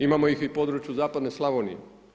Imamo ih i u području Zapadne Slavonije.